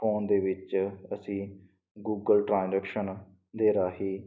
phone ਦੇ ਵਿੱਚ ਅਸੀਂ ਗੂਗਲ ਟ੍ਰਾਂਜੈਕਸ਼ਨ ਦੇ ਰਾਹੀਂ